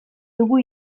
dugu